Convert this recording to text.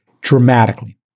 dramatically